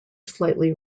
slightly